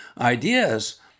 ideas